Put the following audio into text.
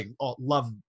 love